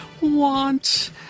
want